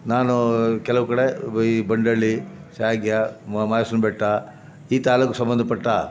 ನಾನು ಕೆಲವು ಕಡೆ ಈ ಬಂಡಳ್ಳಿ ಶಾಗ್ಯ ಮ ಮಾದೇಶ್ವರನ ಬೆಟ್ಟ ಈ ತಾಲೂಕಿಗೆ ಸಂಬಂಧಪಟ್ಟ